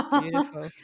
Beautiful